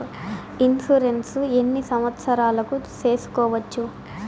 Insurance ఎన్ని సంవత్సరాలకు సేసుకోవచ్చు?